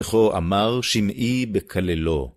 וכו אמר שימעי בקללו.